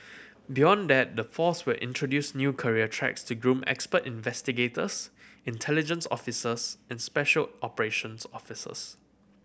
beyond that the force will introduce new career tracks to groom expert investigators intelligence officers and special operations officers